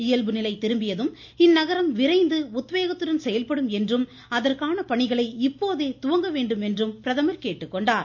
இயல்பு நிலை திரும்பியதும் இந்நகரம் விரைந்து உத்வேகத்துடன் செயல்படும் என்றும் அதற்கான பணிகளை இப்போதே துவங்க வேண்டும் என்றும் கேட்டுக் கொண்டார்